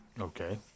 Okay